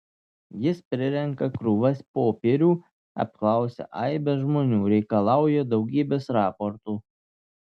jis prirenka krūvas popierių apklausia aibes žmonių reikalauja daugybės raportų